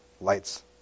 light's